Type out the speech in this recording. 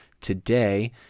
today